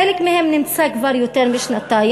חלק מהם נמצא במעצר כבר יותר משנתיים.